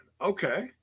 Okay